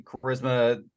charisma